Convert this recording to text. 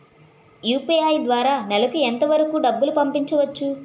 UPI ద్వారా నెలకు ఎంత వరకూ డబ్బులు పంపించవచ్చు?